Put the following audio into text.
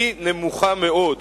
היא נמוכה מאוד,